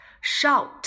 Shout